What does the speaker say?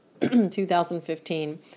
2015